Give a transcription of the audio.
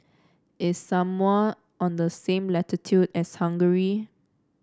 is Samoa on the same latitude as Hungary